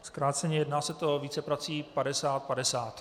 Zkráceně, jedná se o vícepráce, padesát padesát.